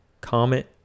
Comment